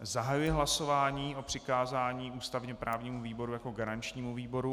Zahajuji hlasování o přikázání ústavněprávnímu výboru jako garančnímu výboru.